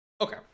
okay